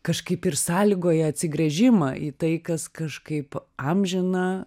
kažkaip ir sąlygoja atsigręžimą į tai kas kažkaip amžina